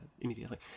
immediately